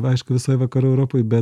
aišku visoj vakarų europoj bet